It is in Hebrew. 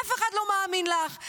אף אחד לא מאמין לך.